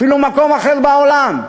אפילו במקום אחר בעולם?